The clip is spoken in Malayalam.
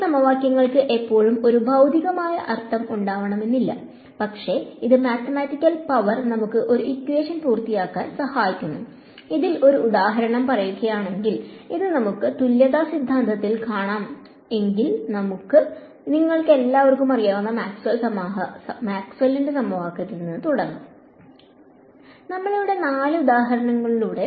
ആ സമവാക്യങ്ങൾക്ക് എപ്പോഴും ഒരു ഭൌതികമായ അർത്ഥം ഉണ്ടാവണമെന്നില്ല പക്ഷേ ഇത് മാത്തമാറ്റിക്കൽ പവർ നമുക്ക് ഒരു ഇക്വേഷൻ പൂർത്തിയാക്കാനായി സഹായിക്കുന്നു ഇതിൽ ഒരു ഉദാഹരണം പറയുകയാണെങ്കിൽ ഇത് നമുക്ക് തുല്യത സിദ്ധാന്തത്തിൽ കാണാം എങ്കിൽ നമുക്ക് നിങ്ങൾക്ക് എല്ലാവർക്കും അറിയാവുന്ന മാക്സ്വെൽ സമവാക്യത്തിൽ തുടങ്ങാം നമ്മളിവിടെ നാലു ഉദാഹരണങ്ങളിലൂടെ